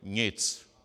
Nic!